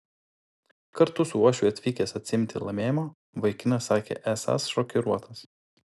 kartu su uošviu atvykęs atsiimti laimėjimo vaikinas sakė esąs šokiruotas